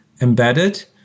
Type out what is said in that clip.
embedded